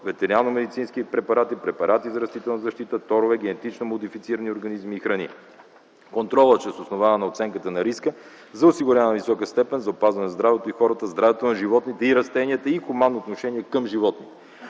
ветеринарно-медицински препарати, препарати за растителна защита, торове, генетично модифицирани организми и храни. Контролът ще се основава на оценката на риска за осигуряване на висока степен за опазване здравето на хората, здравето на животните и растенията, и хуманно отношение към животните.